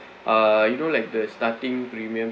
uh you know like the starting premium